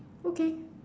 okay